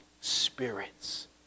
spirits